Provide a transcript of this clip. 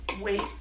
wait